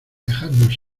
dejadnos